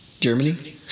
Germany